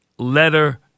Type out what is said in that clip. Letter